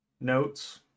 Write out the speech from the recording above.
notes